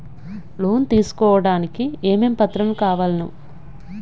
Loan తీసుకోడానికి ఏమేం పత్రాలు కావలెను?